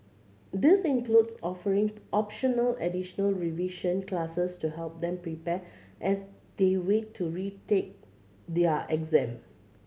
this includes offering optional additional revision classes to help them prepare as they wait to retake their exam